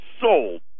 sold